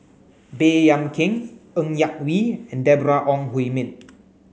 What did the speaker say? Baey Yam Keng Ng Yak Whee and Deborah Ong Hui Min